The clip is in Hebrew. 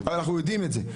אנחנו יודעים את זה.